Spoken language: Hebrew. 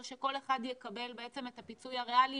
או שכל אחד יקבל בעצם את הפיצוי הריאלי